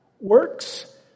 Works